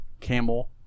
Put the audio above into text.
camel